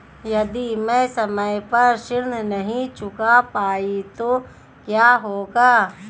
यदि मैं समय पर ऋण नहीं चुका पाई तो क्या होगा?